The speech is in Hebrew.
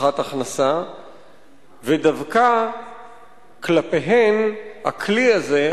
הבטחת הכנסה ודווקא כלפיהן הכלי הזה,